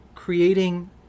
Creating